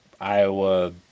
Iowa